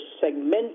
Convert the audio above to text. segment